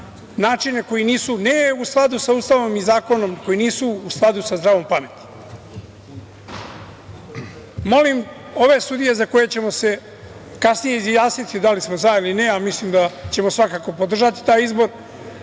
načine koji nisu ne u skladu sa Ustavom i zakonom, koji nisu u skladu sa zdravom pameti? Molim ove sudije za koje ćemo se kasnije izjasniti da li smo za ili ne, a mislim da ćemo svakako podržati taj izbor,